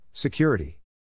Security